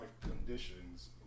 conditions